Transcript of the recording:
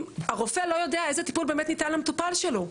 הרופא לא יודע איזה טיפול באמת ניתן למטופל שלו,